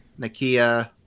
Nakia